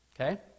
okay